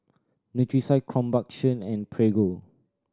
Nutrisoy Krombacher and Prego